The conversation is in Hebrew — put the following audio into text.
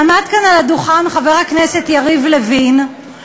עמד כאן על הדוכן חבר הכנסת יריב לוין,